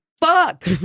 fuck